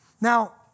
Now